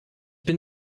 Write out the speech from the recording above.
bin